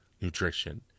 nutrition